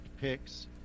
picks